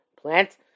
plant